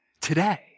today